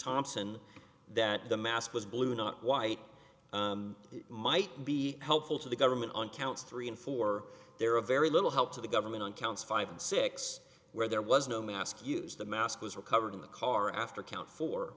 thompson that the mask was blue not white might be helpful to the government on counts three and four they're a very little help to the government on counts five and six where there was no mask use the mask was recovered in the car after count fo